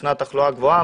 ישנה תחלואה גבוהה,